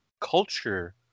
culture